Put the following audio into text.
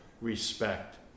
respect